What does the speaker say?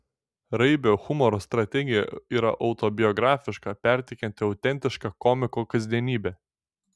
raibio humoro strategija yra autobiografiška perteikianti autentišką komiko kasdienybę